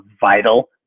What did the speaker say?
vital